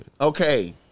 Okay